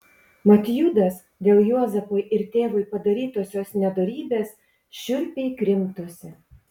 mat judas dėl juozapui ir tėvui padarytosios nedorybės šiurpiai krimtosi